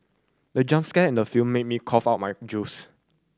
the jump scare in the film make me cough out my juice